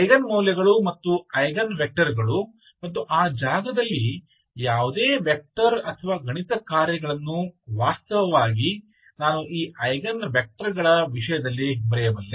eigen ಮೌಲ್ಯಗಳು ಮತ್ತು eigen ವೆಕ್ಟರ್ಗಳು ಮತ್ತು ಆ ಜಾಗದಲ್ಲಿ ಯಾವುದೇ ವೆಕ್ಟರ್ ಅಥವಾ ಗಣಿತ ಕಾರ್ಯಗಳನ್ನು ವಾಸ್ತವವಾಗಿ ನಾನು ಈ ಐಗನ್ ವೆಕ್ಟರ್ಗಳ ವಿಷಯದಲ್ಲಿ ಬರೆಯಬಲ್ಲೆ